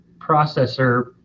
processor